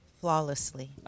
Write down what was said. flawlessly